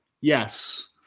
yes